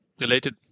related